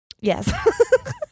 Yes